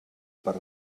per